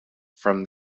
from